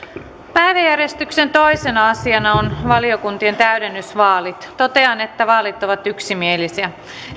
päiväjärjestyksen toisena asiana on valiokuntien täydennysvaalit totean että vaalit ovat yksimielisiä